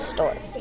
Store